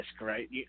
right